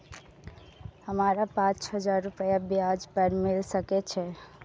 हमरा पाँच हजार रुपया ब्याज पर मिल सके छे?